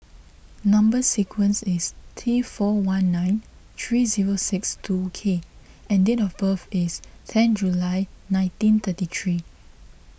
Number Sequence is T four one nine three zero six two K and date of birth is ten July nineteen thirty three